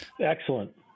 Excellent